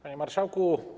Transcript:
Panie Marszałku!